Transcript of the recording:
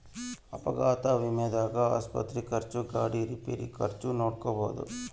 ಅಪಘಾತ ವಿಮೆದಾಗ ಆಸ್ಪತ್ರೆ ಖರ್ಚು ಗಾಡಿ ರಿಪೇರಿ ಖರ್ಚು ನೋಡ್ಕೊಳೊದು